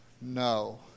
No